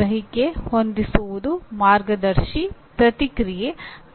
ಗ್ರಹಿಕೆ ಹೊಂದಿಸುವುದು ಮಾರ್ಗದರ್ಶಿ ಪ್ರತಿಕ್ರಿಯೆ